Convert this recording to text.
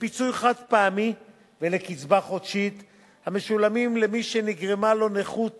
לפיצוי חד-פעמי ולקצבה חודשית המשולמים למי שנגרמה לו נכות